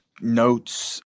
notes